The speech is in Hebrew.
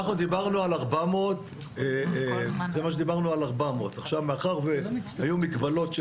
אנחנו דיברנו על 400. מאחר והיו מגבלות של